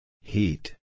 Heat